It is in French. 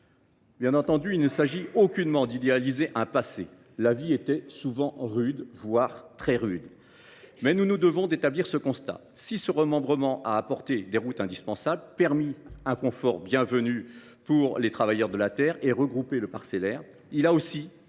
été détruit. Il ne s’agit aucunement d’idéaliser le passé : la vie était souvent rude, voire très rude. Mais nous nous devons d’établir ce constat : si le remembrement a permis la construction de routes indispensables, apporté un confort bienvenu aux travailleurs de la terre, et regroupé le parcellaire, il a aussi